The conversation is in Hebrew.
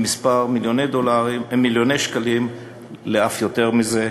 מכמה מיליוני שקלים ואף יותר מזה,